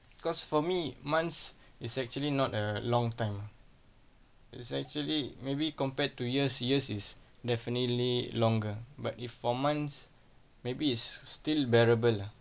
because for me months is actually not a long time is actually maybe compared to years years is definitely longer but if for months maybe is still bearable lah